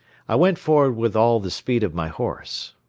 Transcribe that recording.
i went forward with all the speed of my horse.